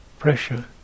pressure